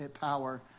power